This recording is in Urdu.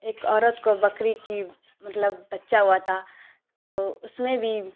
ایک عورت کو بکری کی مطلب بچہ ہوا تھا تو اس میں بھی